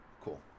Cool